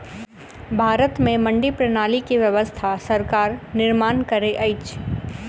भारत में मंडी प्रणाली के व्यवस्था सरकार निर्माण करैत अछि